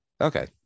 Okay